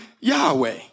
yahweh